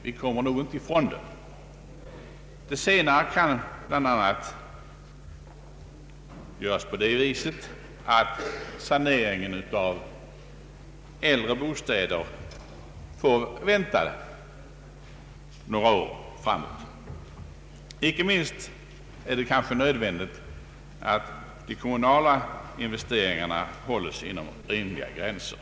Vi kommer nog inte ifrån detta. Det senare kan göras bl.a. på det viset att saneringen av äldre bostäder får vänta några år. Inte minst nödvändigt är det också att de kommunala investeringarna hålls inom rimliga gränser.